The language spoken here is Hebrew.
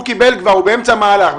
הוא באמצע מהלך.